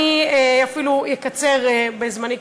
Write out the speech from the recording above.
אני אפילו אקצר בזמני,